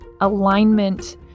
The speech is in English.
alignment